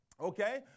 Okay